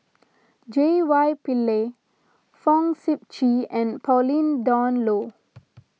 J Y Pillay Fong Sip Chee and Pauline Dawn Loh